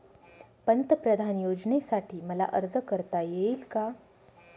पंतप्रधान योजनेसाठी मला अर्ज करता येईल का?